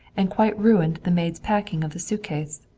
and quite ruined the maid's packing of the suitcase.